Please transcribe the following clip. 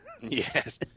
Yes